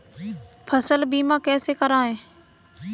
फसल बीमा कैसे कराएँ?